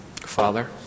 Father